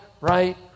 right